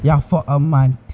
ya for a month